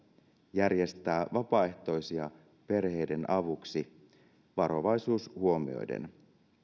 järjestää vapaaehtoisia perheiden avuksi varovaisuus huomioiden